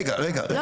רגע, שנייה.